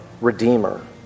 Redeemer